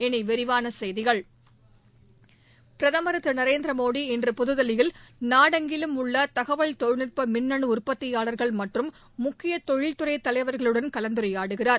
இனி விரிவான செய்திகள் பிரதமர் திரு நரேந்திர மோடி இன்று புதுதில்லியில் நாடெங்கிலும் உள்ள தகவல் தொழில்நுட்ப மின்னணு உற்பத்தியாளர்கள் மற்றும் முக்கிய தொழில் துறை தலைவர்களுடன் கலந்துரையாடுகிறார்